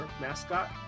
mascot